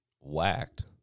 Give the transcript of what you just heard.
whacked